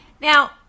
Now